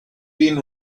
been